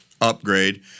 upgrade